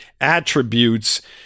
attributes